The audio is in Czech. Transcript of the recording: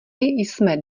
jsme